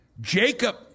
Jacob